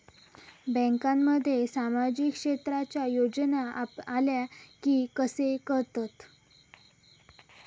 बँकांमध्ये सामाजिक क्षेत्रांच्या योजना आल्या की कसे कळतत?